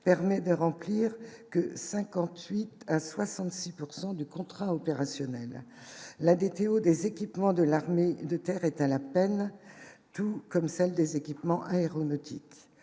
permet de remplir que 58 à 66 pourcent du contrat opérationnel la au des équipements de l'armée de terre est à la peine, tout comme celle des équipements aéronautiques,